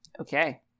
Okay